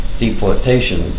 deportation